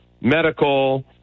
medical